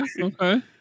okay